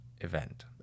event